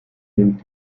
nimmt